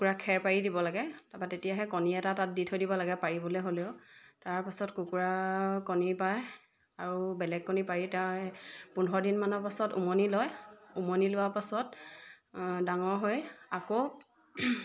কুকুৰা খেৰ পাৰি দিব লাগে তাৰপৰা তেতিয়াহে কণী এটা তাত দি থৈ দিব লাগে পাৰিবলৈ হ'লেও তাৰপাছত কুকুৰা কণী পাৰে আৰু বেলেগ কণী পাৰি তাৰ পোন্ধৰ দিনমানৰ পাছত উমনি লয় উমনি লোৱাৰ পাছত ডাঙৰ হৈ আকৌ